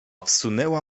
wsunęła